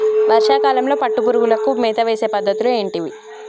వర్షా కాలంలో పట్టు పురుగులకు మేత వేసే పద్ధతులు ఏంటివి?